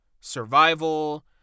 survival